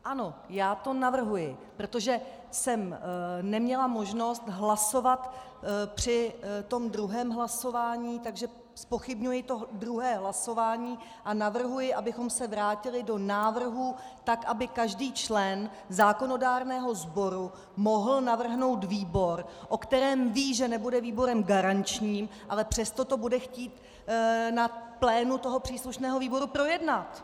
Ano, já to navrhuji, protože jsem neměla možnost hlasovat při druhém hlasování, takže zpochybňuji druhé hlasování a navrhuji, abychom se vrátili do návrhů, aby každý člen zákonodárného sboru mohl navrhnout výbor, o kterém ví, že nebude výborem garančním, ale přesto to bude chtít na plénu příslušného výboru projednat.